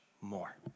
more